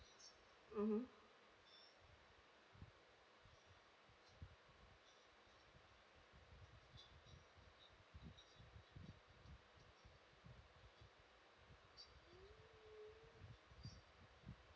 mmhmm